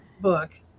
book